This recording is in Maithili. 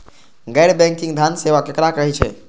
गैर बैंकिंग धान सेवा केकरा कहे छे?